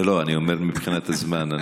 לא, לא, אני אומר מבחינת הזמן.